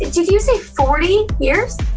did you say forty years?